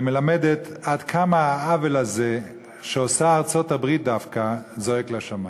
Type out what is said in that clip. מלמדת עד כמה העוול הזה שעושה ארצות-הברית דווקא זועק לשמים.